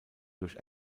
durch